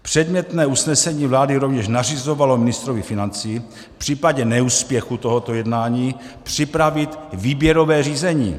Předmětné usnesení vlády rovněž nařizovalo ministrovi financí v případě neúspěchu tohoto jednání připravit výběrové řízení.